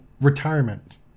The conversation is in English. retirement